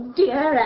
dear